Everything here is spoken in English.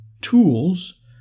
tools